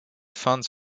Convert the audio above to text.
funds